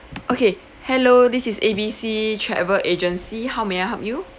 okay hello this is A B C travel agency how may I help you